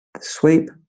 sweep